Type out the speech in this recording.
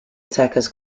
attackers